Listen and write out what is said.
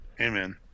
Amen